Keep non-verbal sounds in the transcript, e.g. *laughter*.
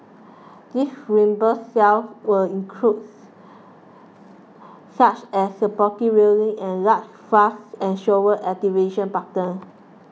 these reimburse cells will includes *noise* such as supporting railings and large flush and shower activation buttons